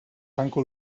tanco